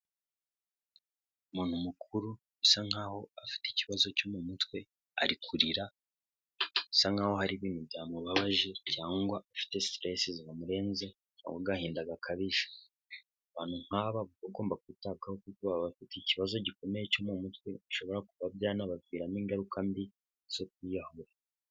Umuntu mukuru bisa nkaho afite ikibazo cyo mu mutwe, ari kurira; bisa nkaho hari ibintu byamubabaje, cyangwa afite sitiresi zamurenze, cyangwa agahinda gakabije. Abantu nk'aba bagomba kwitabwaho kuko baba bafite ikibazo gikomeye cyo mu mutwe, bishobora kuba byanabaviramo ingaruka mbi zo kwiyahura.